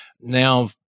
Now